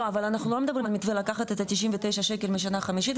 לא אבל אנחנו לא מדברים על מתווה לקחת את ה-99 ₪ מהשנה החמישית,